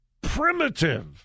primitive